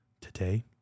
Today